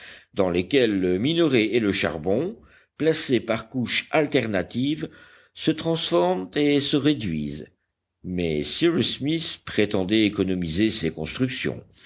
dans lesquels le minerai et le charbon placés par couches alternatives se transforment et se réduisent mais cyrus smith prétendait économiser ces constructions